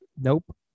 Nope